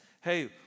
hey